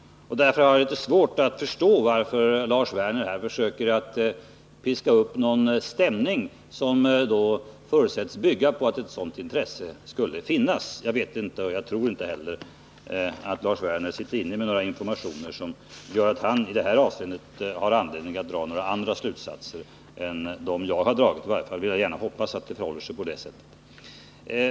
Därför har jag litet svårt att förstå varför Lars Werner här försöker piska upp en stämning som förutsätts bygga på att ett sådant intresse skulle finnas. Jag tror inte att Lars Werner sitter inne med sådana informationer att han i det här avseendet har anledning att dra några andra slutsatser än dem som jag har dragit — i varje fall vill jag gärna hoppas att det förhåller sig på det sättet.